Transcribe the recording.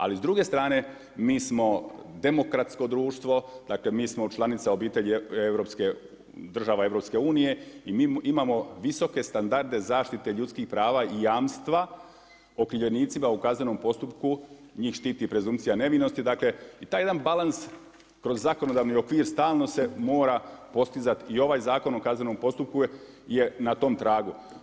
Ali s druge strane mi smo demokratsko društvo, mi smo članica obitelji država EU i mi imamo visoke standarde zaštite ljudskih prava i jamstva okrivljenicima u kaznenom postupku, njih štiti presumpcija nevinosti i taj jedan balans kroz zakonodavni okvir stalno se mora postizati i ovaj Zakon o kaznenom postupku je na tom tragu.